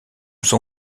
son